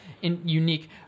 unique